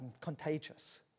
contagious